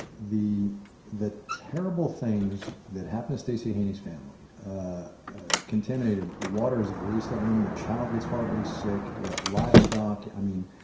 the the terrible things that happened to stacey haney's family contaminated water is the least of of them. the child gets horribly sick, the livestock i mean,